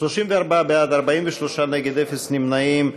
34 בעד, 43 נגד, אפס נמנעים.